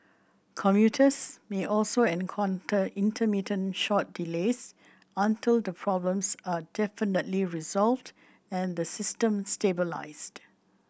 commuters may also encounter intermittent short delays until the problems are definitively resolved and the system stabilised